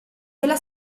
della